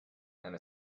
and